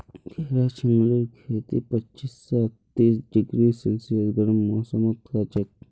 घेरा झिंगलीर खेती पच्चीस स तीस डिग्री सेल्सियस गर्म मौसमत हछेक